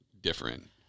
different